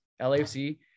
LAFC